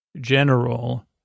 general